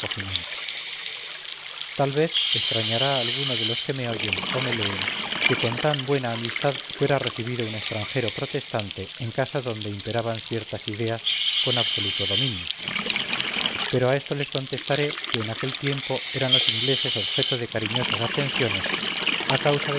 tal vez extrañará alguno de los que me oyen o me leen que con tan buena amistad fuera recibido un extranjero protestante en casa donde imperaban ciertas ideas con absoluto dominio pero a esto les contestaré que en aquel tiempo eran los ingleses objeto de cariñosas atenciones a causa del